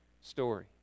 story